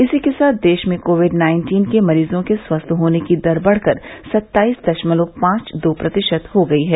इसी के साथ देश में कोविड नाइन्टीन के मरीजों के स्वस्थ होने की दर बढ़कर सत्ताईस दशमलव पांच दो प्रतिशत हो गई है